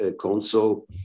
console